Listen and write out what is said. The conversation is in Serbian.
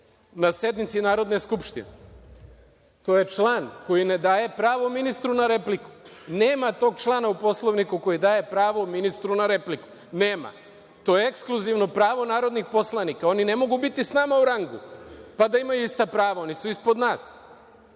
na sednici Narodne skupštine. To je član koji ne daje pravo ministru na repliku. Nema tog člana u Poslovniku koji daje pravo ministru na repliku. Nema. To je ekskluzivno pravo narodnih poslanika. Oni ne mogu biti s nama u rangu, pa da imaju ista prava. Oni su ispod nas